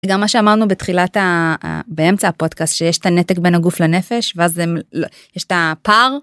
גם מה שאמרנו בתחילת, באמצע הפודקאסט, שיש את הנתק בין הגוף לנפש ואז יש את הפער.